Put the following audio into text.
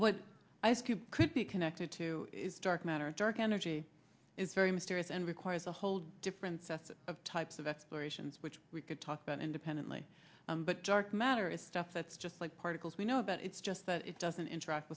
what ice cube could be connected to is dark matter dark energy is very mysterious and requires a whole different set of types of explorations which we could talk about independently but dark matter is stuff that's just like particles we know about it's just that it doesn't interact